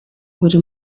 buri